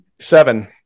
Seven